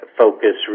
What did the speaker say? focus